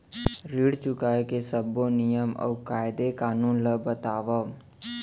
ऋण चुकाए के सब्बो नियम अऊ कायदे कानून ला बतावव